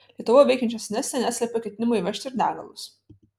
lietuvoje veikiančios neste neslepia ketinimų įvežti ir degalus